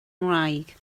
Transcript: ngwraig